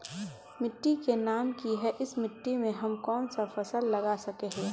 मिट्टी के नाम की है इस मिट्टी में हम कोन सा फसल लगा सके हिय?